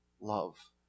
love